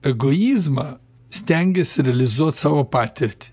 egoizmą stengiasi realizuot savo patirtį